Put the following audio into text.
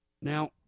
Now